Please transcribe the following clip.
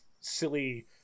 silly